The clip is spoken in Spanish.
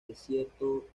desierto